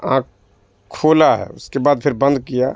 آنکھ کھولا ہے اس کے بعد پھر بند کیا